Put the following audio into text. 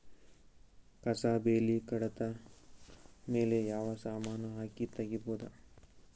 ಕಸಾ ಬೇಲಿ ಕಡಿತ ಮೇಲೆ ಯಾವ ಸಮಾನ ಹಾಕಿ ತಗಿಬೊದ?